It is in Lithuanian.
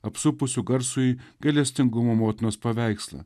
apsupusių garsųjį gailestingumo motinos paveikslą